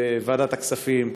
בוועדת הכספים,